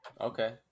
Okay